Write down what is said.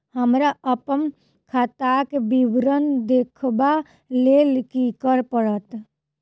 हमरा अप्पन खाताक विवरण देखबा लेल की करऽ पड़त?